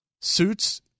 Suits